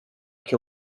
que